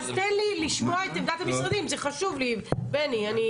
תן לי לשמוע את עמדת המשרדים, זה חשוב לי, בני.